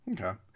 okay